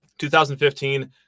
2015